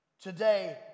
today